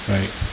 Right